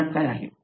road map काय आहे